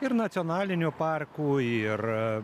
ir nacionalinių parkų ir